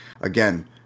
again